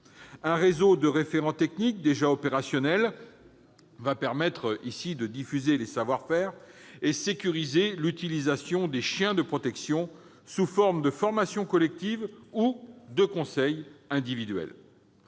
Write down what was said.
Un réseau de référents techniques, déjà opérationnel, permettra de diffuser les savoir-faire et de sécuriser l'utilisation des chiens de protection, sous forme de formations collectives ou de conseils individuels.